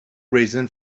reason